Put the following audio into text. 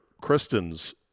Kristen's